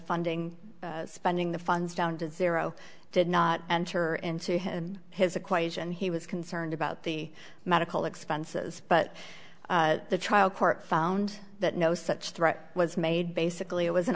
funding spending the funds down to zero did not enter into his equation he was concerned about the medical expenses but the trial court found that no such threat was made basically it was an